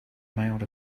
mailed